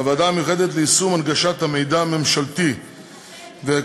בוועדה המיוחדת ליישום הנגשת המידע הממשלתי ועקרונות